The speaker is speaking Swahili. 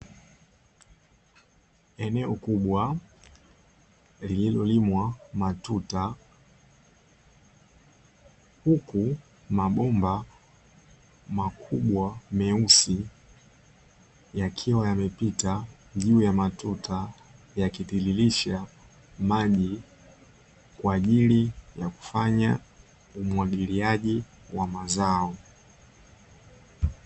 Eneo kubwa lililolimwa matuta, huku mabomba makubwa meusi yakiwa yamepita juu ya matuta yakitirirsha maji kwa ajili ya kufanya umwagiliaji wa mazao.